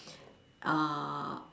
uh